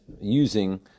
using